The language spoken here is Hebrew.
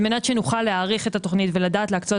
על-מנת שנוכל להעריך את ההישגים ולדעת להקצות